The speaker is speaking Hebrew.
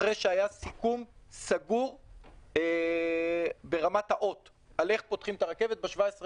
אחרי שהיה סיכום סגור ברמת האות על איך פותחים את הרכבת ב-17 במאי.